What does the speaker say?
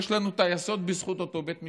יש לנו טייסות בזכות אותו בית משפט,